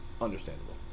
Understandable